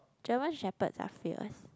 German Shepherds are fierce